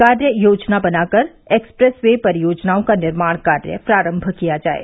कार्य योजना बनाकर एक्सप्रेस वे परियोजनाओं का निर्माण कार्य प्रारम्भ किया जाये